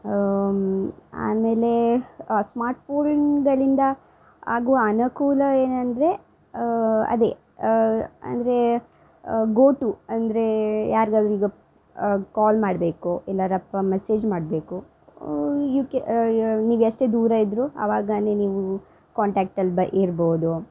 ಆಮೇಲೇ ಸ್ಮಾರ್ಟ್ ಫೋನ್ಗಳಿಂದ ಆಗುವ ಅನುಕೂಲ ಏನಂದ್ರೆ ಅದೆ ಅಂದರೆ ಗೋ ಟೂ ಅಂದರೆ ಯಾರಿಗಾದ್ರು ಈಗ ಕಾಲ್ ಮಾಡಬೇಕು ಇಲ್ಲಾರ ಮೆಸೇಜ್ ಮಾಡಬೇಕು ಯೂ ಕೆ ನೀವೆಷ್ಟೆ ದೂರ ಇದ್ರು ಅವಾಗ ನೀವು ಕಾಂಟ್ಯಾಕ್ಟಲ್ಲಿ ಬ ಇರ್ಬೋದು